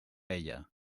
ella